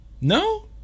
no